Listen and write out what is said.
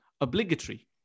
obligatory